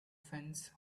fence